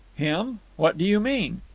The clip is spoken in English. him? what do you mean?